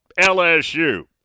LSU